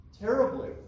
Terribly